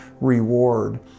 reward